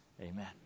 Amen